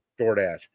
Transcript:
DoorDash